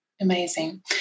Amazing